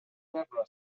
debra